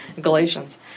Galatians